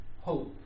hope